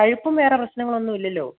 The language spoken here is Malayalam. പഴുപ്പും വേറെ പ്രശ്നങ്ങളൊന്നും ഇല്ലല്ലോ